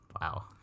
Wow